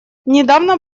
недавно